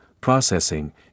processing